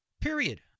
period